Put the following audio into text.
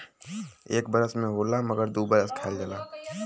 एक बरस में होला मगर दू बरस खायल जाला